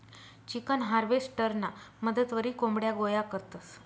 chicken हार्वेस्टरना मदतवरी कोंबड्या गोया करतंस